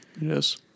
Yes